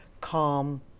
calm